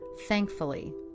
Thankfully